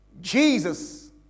Jesus